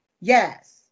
Yes